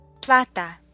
Plata